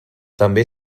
també